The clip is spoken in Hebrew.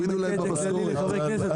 אני אומר את זה בכללי לחברי כנסת,